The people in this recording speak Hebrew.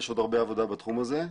יש עוד הרבה עבודה בתחום הזה,